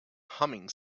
humming